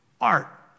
art